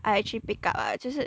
I actually pick up ah 就是